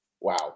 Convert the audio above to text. Wow